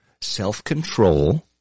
self-control